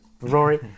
Rory